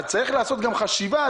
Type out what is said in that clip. אז צריך לעשות גם חשיבה.